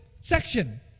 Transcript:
section